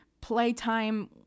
playtime